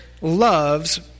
loves